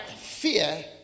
fear